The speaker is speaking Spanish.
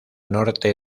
norte